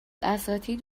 اساتید